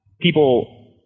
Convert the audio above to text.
people